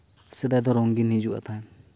ᱥᱮᱫᱟᱭ ᱫᱚ ᱨᱚᱸᱜᱤᱱ ᱦᱤᱡᱩᱜ ᱛᱟᱦᱮᱱ